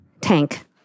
Tank